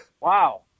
wow